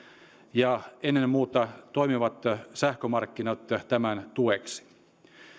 ja ennen muuta toimivat sähkömarkkinat tämän tueksi